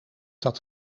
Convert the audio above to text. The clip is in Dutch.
dat